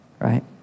right